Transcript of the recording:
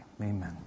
Amen